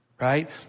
Right